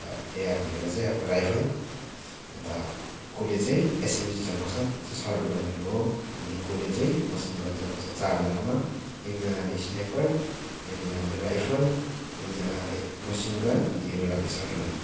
अन्त एआर भनेको चाहिँ अब राइफल अन्त कसले चाहिँ एसएमजी चलाउँछ त्यो चाहिँ सर्ट गनहरू हो कसले चाहिँ मेसिन गन चलाउँछ चारजनामा एकजनाले स्न्याइपर एकजनाले राइफल एकजनाले मेसिन गन अन्त एउटाले सर्ट गन